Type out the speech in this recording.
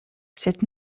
cette